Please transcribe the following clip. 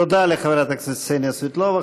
תודה לחברת הכנסת קסניה סבטלובה.